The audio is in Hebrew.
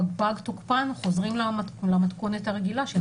פג תוקפן אז חוזרים למתכונת הרגילה.